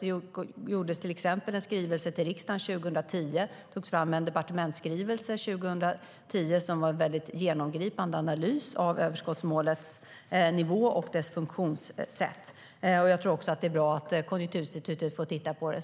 Det gjordes till exempel en skrivelse till riksdagen 2010. Det togs fram en departementsskrivelse 2010 som var en väldigt genomgripande analys av överskottsmålets nivå och dess funktionssätt. Jag tror också att det är bra att Konjunkturinstitutet får titta på det.